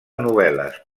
novel·les